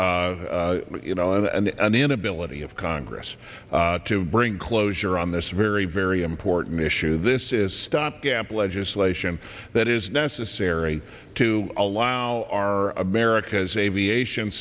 cure you know and an inability of congress to bring closure on this very very important issue this is stopgap legislation that is necessary to allow our america's aviation